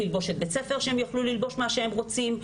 תלבושת בית ספר שהם יוכלו ללבוש מה שהם רוצים,